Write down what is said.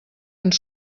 ens